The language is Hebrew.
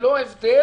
ללא הבדל